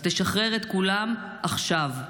אז תשחרר את כולם עכשיו.